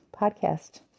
podcast